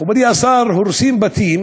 מכובדי השר, הורסים בתים